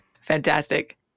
Fantastic